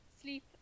sleep